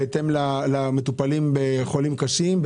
בהתאם למטופלים בחולים קשים?